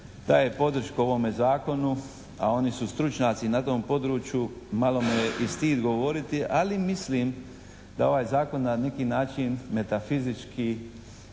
daje podršku ovome zakonu a oni su stručnjaci na tom području, malo me stid govoriti ali mislim da ovaj zakon na neki način metafizički